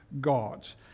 God's